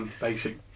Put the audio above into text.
basic